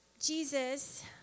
Jesus